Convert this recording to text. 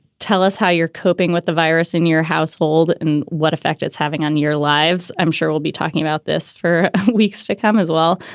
tell us how you're coping with the virus in your household and what effect it's having on your lives. i'm sure we'll be talking about this for weeks to come as well.